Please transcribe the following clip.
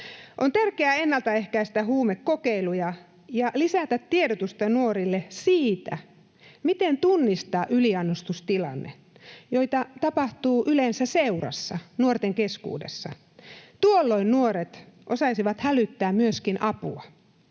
On tärkeää ennalta ehkäistä huumekokeiluja ja lisätä tiedotusta nuorille siitä, miten tunnistaa yliannostustilanne, joita tapahtuu yleensä seurassa, nuorten keskuudessa. Tuolloin nuoret osaisivat hälyttää myöskin apua.